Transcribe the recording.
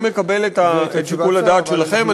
אני מקבל את שיקול הדעת שלכם.